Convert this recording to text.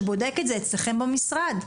שבודק את זה אצלכם במשרד?